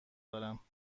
دارم